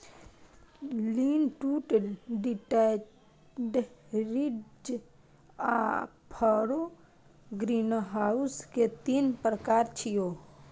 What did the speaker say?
lean to detached, ridge आ furrow greenhouse के तीन प्रकार छियै